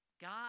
God